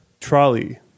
trolley